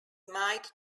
might